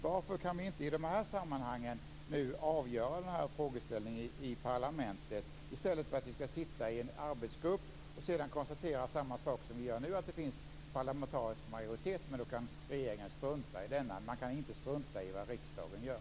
Varför kan vi inte i det här sammanhanget avgöra frågeställningen i parlamentet i stället för att i en arbetsgrupp konstatera samma sak som nu, nämligen att det finns en parlamentarisk majoritet men att regeringen kan strunta i denna. Man kan dock inte strunta i vad riksdagen gör.